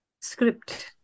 script